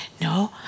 no